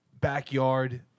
backyard